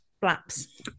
Flaps